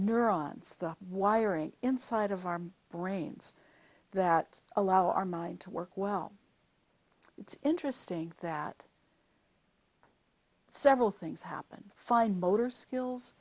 neurons the wiring inside of our brains that allow our mind to work well it's interesting that several things happen fine motor skills